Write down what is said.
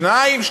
שניים?